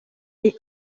est